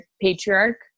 patriarch